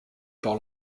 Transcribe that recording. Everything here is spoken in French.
par